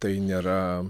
tai nėra